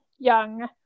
young